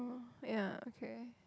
ya okay